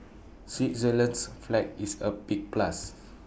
Switzerland's flag is A big plus